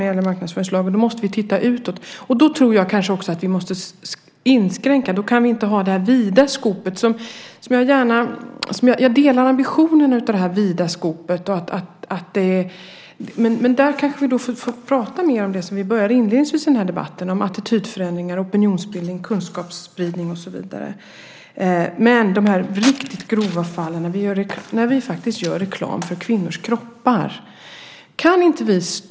Jag delar ambitionen med det vida "scopet", men vill vi uppnå resultat här måste vi nog inskränka oss. Sedan får vi tala om det som vi diskuterade i början på den här debatten: attitydförändringar, opinionsbildning, kunskapsspridning och så vidare. Vi måste få en lag som stoppar de verkligt grova fallen där man gör reklam för kvinnors kroppar.